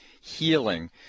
Healing